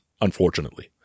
unfortunately